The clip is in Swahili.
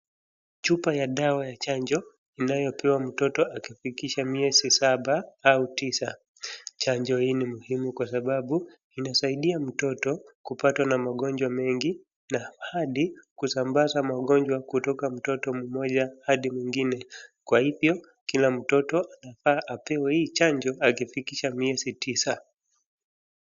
Chupa ya dawa ya chanjo, inayopewa mtoto akifikisha miezi saba au tisa. Chanjo hii ni muhimu kwasababu, inasaidia mtoto, kupatwa na magonjwa mengi, na hadi kusambaza magonjwa kutoka mtoto mmoja adi mwingine. Kwa hivyo kila mtoto anafaa apewe hiii chanjo, akifikisha miezi tisa.